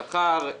שכר,